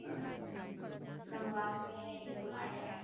ꯑꯁ ꯅꯪ ꯂꯥꯛꯀꯅꯤ ꯍꯥꯏꯔꯗꯤ ꯅꯨꯡꯉꯥꯏꯈ꯭ꯔꯦ